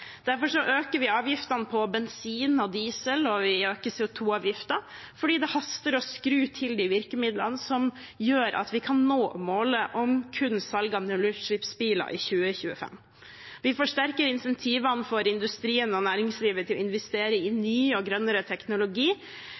Derfor øker vi avgiftene på bensin og diesel, og vi øker CO 2 -avgiften fordi det haster å skru til de virkemidlene som gjør at vi kan nå målet om salg av kun nullutslippsbiler i 2025. Vi forsterker incentivene for industrien og næringslivet til å investere i ny og grønnere teknologi,